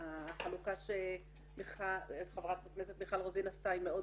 החלוקה שחברת הכנסת מיכל רוזין עשתה היא מאוד